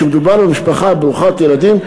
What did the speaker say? כשמדובר במשפחה ברוכת ילדים,